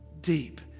deep